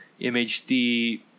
MHD